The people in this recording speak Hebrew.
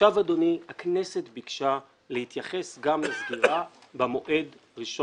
אדוני, הכנסת ביקשה להתייחס גם לסגירה במועד 1